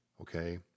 Okay